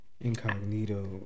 Incognito